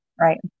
right